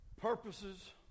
purposes